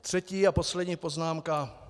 Třetí a poslední poznámka.